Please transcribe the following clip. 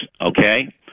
okay